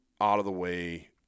out-of-the-way